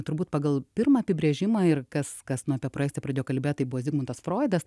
turbūt pagal pirmą apibrėžimą ir kas kas nu apie projekciją pradėjo kalbėt tai buvo zigmundas froidas